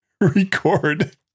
Record